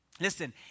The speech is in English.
Listen